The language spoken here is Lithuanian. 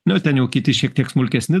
nu ten jau kiti šiek tiek smulkesni